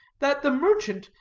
that the merchant,